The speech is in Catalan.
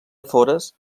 afores